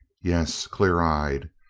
yes. clear eyed.